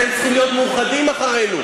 אתם צריכים להיות מאוחדים מאחורינו.